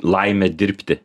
laimę dirbti